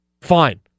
fine